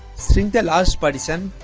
swing the last but